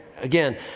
Again